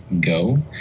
go